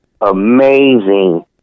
amazing